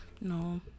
no